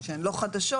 שהן לא חדשות,